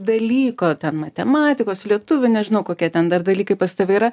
dalyko ten matematikos lietuvių nežinau kokie ten dar dalykai pas tave yra